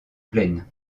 plaine